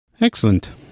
Excellent